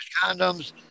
condoms